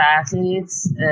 athletes